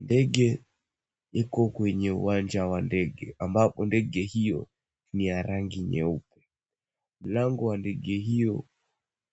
Ndege iko kwenye uwanja wa ndege ambapo ndege hio ni ya rangi nyeupe. Mlango wa ndege hio